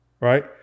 right